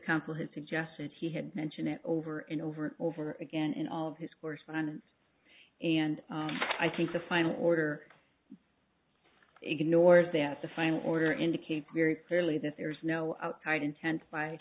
comfort suggested he had mentioned it over and over and over again in all of his correspondence and i think the final order ignores that the final order indicates very clearly that there is no outside inten